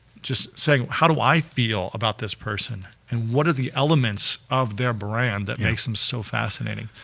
just saying how do i feel about this person? and what are the elements of their brand that makes them so fascinating?